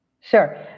Sure